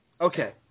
Okay